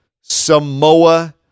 Samoa